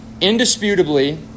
indisputably